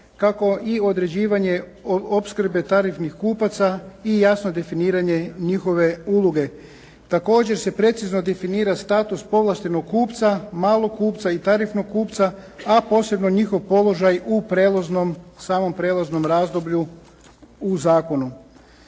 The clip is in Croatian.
kako i određivanje opskrbe tarifnih kupaca i jasno definiranje njihove uloge. Također se precizno definira status povlaštenog kupca, malog kupca i tarifnog kupca, a posebno njihov položaj u samom prijelaznom razdoblju u zakonu.